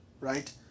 right